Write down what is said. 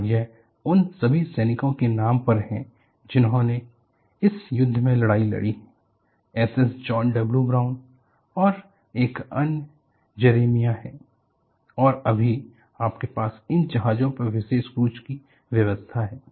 और यह उन सभी सैनिकों के नाम पर है जिन्होंने इस युद्ध में लड़ाई लड़ी थी SS जौन W ब्राउन और एक अन्य जेरेमिया है और अभी आपके पास इन जहाजों पर विशेष क्रूज की व्यवस्था है